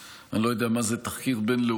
שאני לא יודע מה זה תחקיר בין-לאומי.